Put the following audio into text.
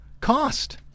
cost